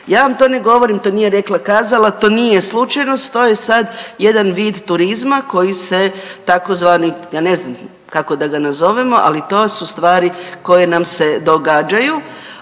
Ja vam to ne govorim, to nije rekla rekla kazala, to nije slučajnost. To je sada jedan vid turizma koji se tzv. ja ne znam kako da ga nazovemo ali to su stvari koje nam se događaju.